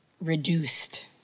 reduced